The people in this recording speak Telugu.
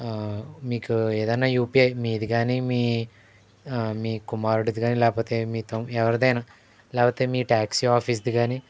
మీకు ఏదైనా యూపీఐ మీది కానీ మీ మీ కుమారుడుది కాని లేకపోతే మీతో ఎవరిదైనా లేకపోతే మీ టాక్సీ ఆఫీస్ది కాని